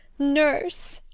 nurse!